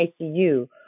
ICU